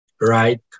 Right